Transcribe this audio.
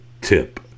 tip